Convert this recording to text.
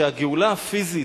שהגאולה הפיזית,